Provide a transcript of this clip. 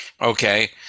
Okay